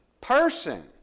person